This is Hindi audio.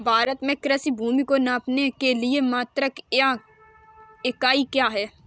भारत में कृषि भूमि को मापने के लिए मात्रक या इकाई क्या है?